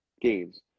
games